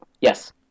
Yes